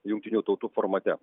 jungtinių tautų formate